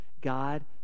God